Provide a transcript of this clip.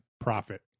profit